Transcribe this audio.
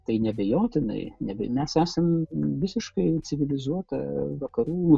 tai neabejotinai nebe mes esam visiškai civilizuota vakarų